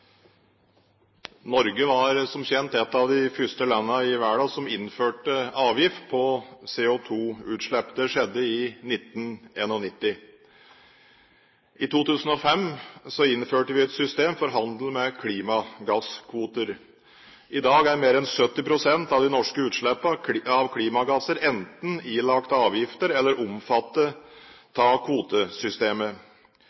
Norge var som kjent et av de første landene i verden som innførte avgift på CO2-utslipp. Det skjedde i 1991. I 2005 innførte vi et system for handel med klimagasskvoter. I dag er mer enn 70 pst. av de norske utslippene av klimagasser enten ilagt avgifter eller omfattet